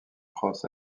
cross